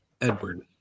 Edward